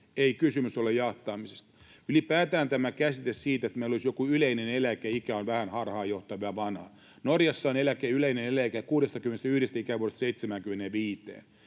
Ei kysymys ole jahtaamisesta. Ylipäätään tämä käsitys siitä, että meillä olisi joku yleinen eläkeikä, on vähän harhaanjohtava ja vanha. Norjassa on yleinen eläkeikä 61 ikävuodesta 75:een.